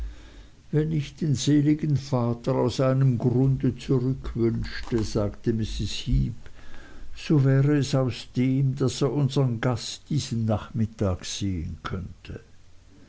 wenn ich den seligen vater aus einem grunde zurückwünschte sagte mrs heep so wäre es aus dem daß er unsern gast diesen nachmittag sehen könnte